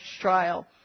trial